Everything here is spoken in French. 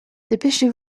dépêchez